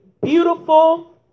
beautiful